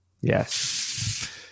yes